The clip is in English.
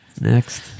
Next